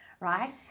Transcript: right